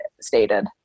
stated